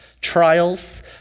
Trials